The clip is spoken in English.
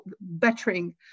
bettering